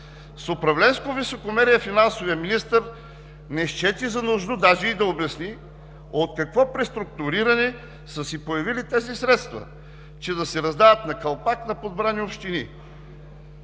С управленско високомерие финансовият министър не счете за нужно даже да обясни от какво преструктуриране са се появили тези средства, че да се раздават на калпак към подбрани общини.